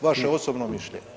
Vaše osobno mišljenje.